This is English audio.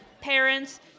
parents